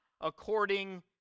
according